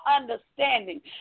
understanding